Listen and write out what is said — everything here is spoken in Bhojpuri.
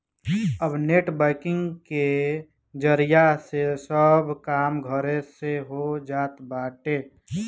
अब नेट बैंकिंग के जरिया से सब काम घरे से हो जात बाटे